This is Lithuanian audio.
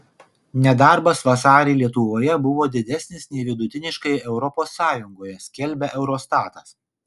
nedarbas vasarį lietuvoje buvo didesnis nei vidutiniškai europos sąjungoje skelbia eurostatas